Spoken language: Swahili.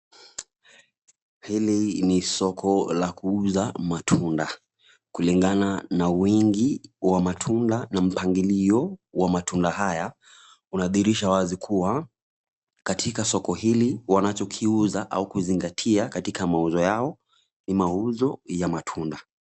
Hili ni soko la kiuaza matunda kulingana na wingi wa matunda na mpangilio wa matunda haya unadhiirisha wazi kuwa katika soko hili wanachokiuza au kuzingatia katika mauzo yao ni mauzo ya matunda.